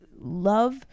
love